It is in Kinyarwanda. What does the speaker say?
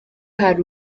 hari